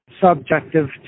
subjective